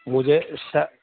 مجھے اس کا